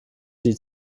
die